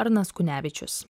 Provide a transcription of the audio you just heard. arnas kunevičius